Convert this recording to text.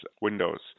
Windows